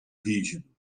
rígido